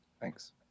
Thanks